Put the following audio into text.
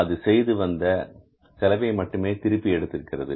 இதுவரை அது செய்த செலவை மட்டுமே திருப்பி எடுத்திருக்கிறது